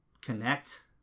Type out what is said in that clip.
connect